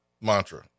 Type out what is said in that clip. mantra